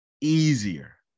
easier